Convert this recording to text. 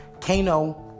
Kano